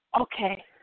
Okay